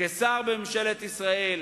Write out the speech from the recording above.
כשר בממשלת ישראל